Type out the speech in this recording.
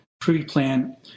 pre-plan